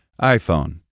iPhone